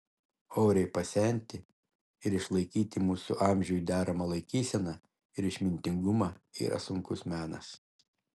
oriai pasenti ir išlaikyti mūsų amžiui deramą laikyseną ir išmintingumą yra sunkus menas